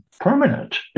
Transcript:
permanent